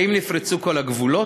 האם נפרצו כל הגבולות?